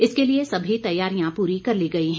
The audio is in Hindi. इसके लिए सभी तैयारियां पूरी कर ली गई हैं